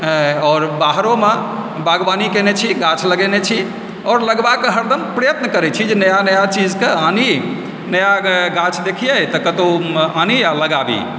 आओर बाहरोमे बागवानी केने छी गाछ लगेने छी आओर लगवाक हरदम प्रयत्न करै छी जे नया नया चीजके आनि नया गाछ देखियै तऽ कतहुँ आनि आ लगाबी